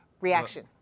reaction